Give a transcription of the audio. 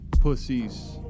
pussies